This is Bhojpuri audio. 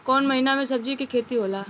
कोउन महीना में सब्जि के खेती होला?